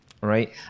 Right